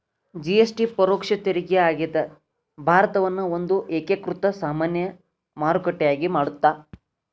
GST ಪರೋಕ್ಷ ತೆರಿಗೆ ಆಗ್ಯಾದ ಭಾರತವನ್ನ ಒಂದ ಏಕೇಕೃತ ಸಾಮಾನ್ಯ ಮಾರುಕಟ್ಟೆಯಾಗಿ ಮಾಡತ್ತ